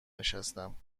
نشستم